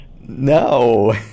No